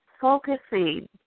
focusing